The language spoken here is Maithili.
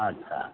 अच्छा